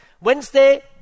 Wednesday